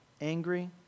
angry